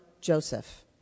Joseph